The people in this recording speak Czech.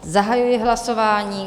Zahajuji hlasování.